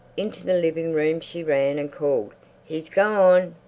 into the living-room she ran and called he's gone!